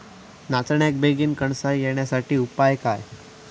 नाचण्याक बेगीन कणसा येण्यासाठी उपाय काय?